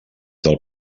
del